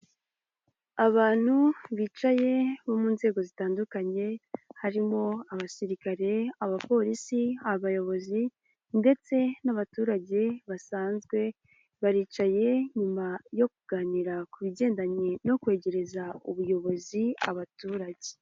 Abantu bicaye bo mu nzego zitandukanye harimo abasirikare, abapolisi abayobozi ndetse n'abaturage basanzwe, baricaye nyuma yo kuganira ku bigendanye no kwegereza ubuyobozi abaturage.